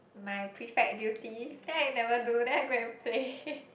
my prefect duty then I never do then I go and play